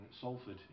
Salford